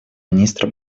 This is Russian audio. министра